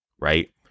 right